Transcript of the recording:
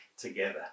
Together